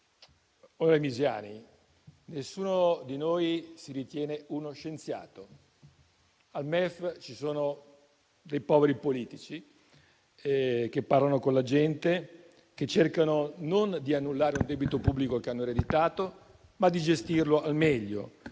Misiani, nessuno di noi si ritiene uno scienziato. Al MEF ci sono dei poveri politici, che parlano con la gente e cercano non di annullare un debito pubblico che hanno ereditato, ma di gestirlo al meglio,